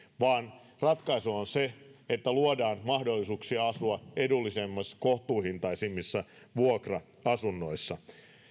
vaan ratkaisu on se että luodaan mahdollisuuksia asua edullisemmissa kohtuuhintaisemmissa vuokra asunnoissa